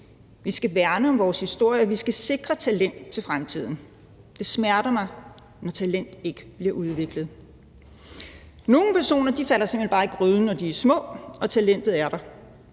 Vi skal værne om vores historie, og vi skal sikre talent til fremtiden, og det smerter mig, når talent ikke bliver udviklet. Nogle personer falder simpelt hen bare i gryden, når de er små, og talentet er der,